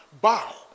bow